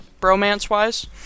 bromance-wise